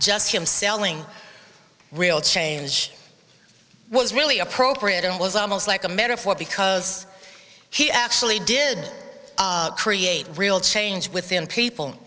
just him selling real change was really appropriate and it was almost like a metaphor because he actually did create real change within people